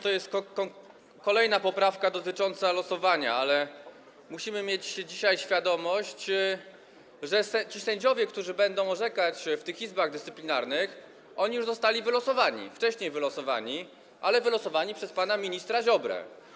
To jest kolejna poprawka dotycząca losowania, ale musimy mieć dzisiaj świadomość, że ci sędziowie, którzy będą orzekać w tych izbach dyscyplinarnych, już zostali wylosowani, wcześniej wylosowani, ale przez pana ministra Ziobrę.